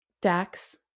Dax